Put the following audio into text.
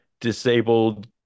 disabled